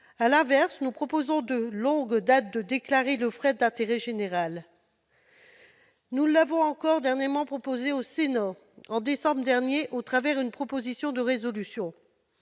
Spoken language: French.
À l'inverse, nous proposons de longue date de déclarer le fret d'intérêt général. Nous l'avons encore proposé au Sénat en décembre dernier au travers d'une proposition de résolution.